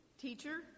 Teacher